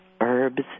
herbs